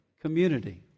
community